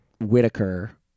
whitaker